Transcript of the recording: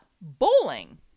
bowling